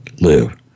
live